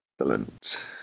Excellent